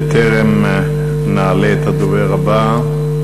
בטרם נעלה את הדובר הבא,